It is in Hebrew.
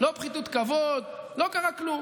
לא קרה שום דבר, לא פחיתות כבוד, לא קרה כלום.